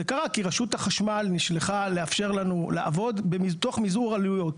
זה קרה כי רשות החשמל נשלחה לאפשר לנו לעבוד תוך מזעור עלויות.